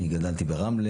אני גדלתי ברמלה,